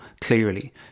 clearly